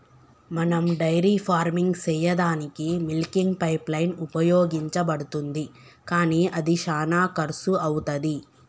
మనం dairy farming సెయ్యదానికీ milking pipeline ఉపయోగించబడుతుంది కానీ అది శానా కర్శు అవుతది